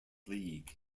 league